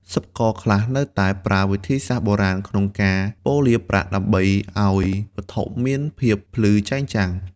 សិប្បករខ្លះនៅតែប្រើ វិធីសាស្រ្តបុរាណ ក្នុងការប៉ូលាប្រាក់ ដើម្បីឱ្យវត្ថុមានភាពភ្លឺចែងចាំង។